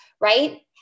right